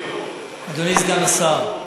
אדוני סגן השר,